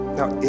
Now